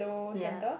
ya